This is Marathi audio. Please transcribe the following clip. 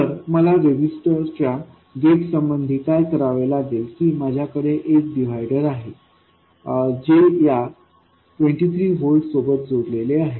तर मला ट्रान्झिस्टरच्या गेट संबंधी काय करावे लागेल की माझ्याकडे एक डिव्हायडर आहे जे या 23 व्होल्ट्स सोबत जोडलेले आहे